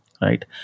Right